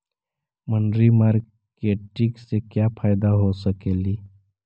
मनरी मारकेटिग से क्या फायदा हो सकेली?